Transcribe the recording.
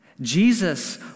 Jesus